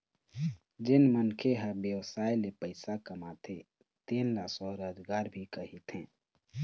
जेन मनखे ह बेवसाय ले पइसा कमाथे तेन ल स्वरोजगार भी कहिथें